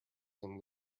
some